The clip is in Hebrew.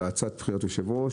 בעצת בחירת יושב-ראש,